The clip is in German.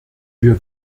wir